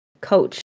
coach